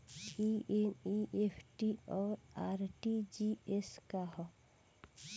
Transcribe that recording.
ई एन.ई.एफ.टी और आर.टी.जी.एस का ह?